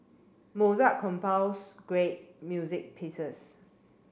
Mozart great music pieces